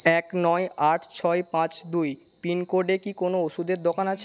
এক নয় আট ছয় পাঁচ দুই পিনকোডে কি কোনও ওষুধের দোকান আছে